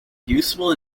useful